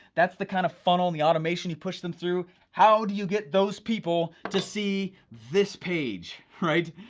that's the kind of funnel, the automation you push them through, how do you get those people to see this page, right,